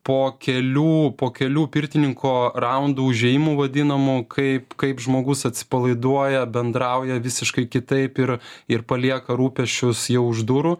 po kelių po kelių pirtininko raundų užėjimų vadinamų kaip kaip žmogus atsipalaiduoja bendrauja visiškai kitaip ir ir palieka rūpesčius jau už durų